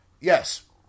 Yes